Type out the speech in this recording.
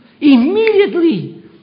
Immediately